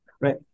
right